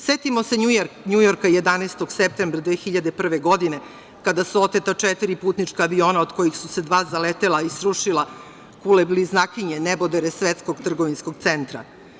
Setimo se Njujorka 11. septembra 2001. godine, kada su oteta četiri putnička aviona od kojih su se dva zaletela i srušila, Kule bliznakinje, nebodere svetskog trgovinskog centra.